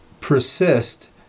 persist